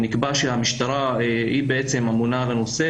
נקבע שהמשטרה היא בעצם אמונה על הנושא,